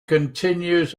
continues